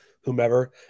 whomever